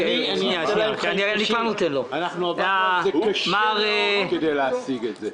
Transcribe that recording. עבדנו קשה מאוד כדי להשיג את זה.